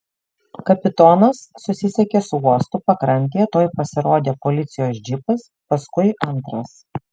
kapitonas susisiekė su uostu pakrantėje tuoj pasirodė policijos džipas paskui antras